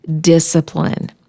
discipline